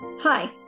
Hi